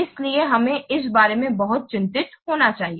इसलिए हमें इस बारे में बहुत चिंतित होना चाहिए